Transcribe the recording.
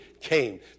came